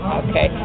okay